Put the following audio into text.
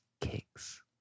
Kicks